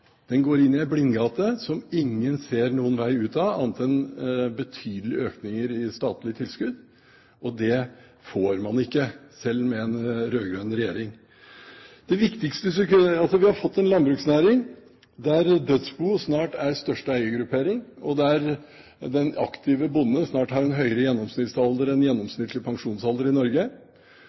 Den går inn i en blindgate som ingen ser noen vei ut av, annet enn betydelige økninger i statlige tilskudd, og det får man ikke, selv med en rød-grønn regjering. Vi har fått en landbruksnæring der dødsbo snart er største eiergruppering, og der den aktive bonde snart har en høyere gjennomsnittsalder enn gjennomsnittlig pensjonsalder i Norge.